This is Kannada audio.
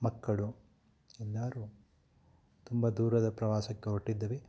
ಮಕ್ಕಳು ಎಲ್ಲರೂ ತುಂಬ ದೂರದ ಪ್ರವಾಸಕ್ಕೆ ಹೊರ್ಟಿದ್ವಿ